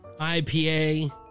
IPA